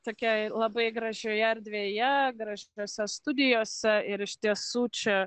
tokiai labai gražioje erdvėje rašytose studijose ir iš tiesų čia